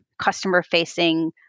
customer-facing